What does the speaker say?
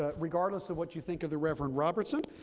but regardless of what you think of the reverend robertson,